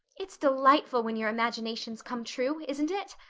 it's delightful when your imaginations come true, isn't it?